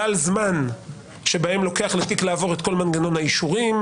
זמן שבהם לוקח לתיק לעבור את כל מנגנון האישורים?